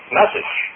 message